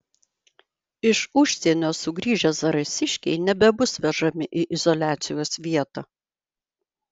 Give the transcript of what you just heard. iš užsienio sugrįžę zarasiškiai nebebus vežami į izoliacijos vietą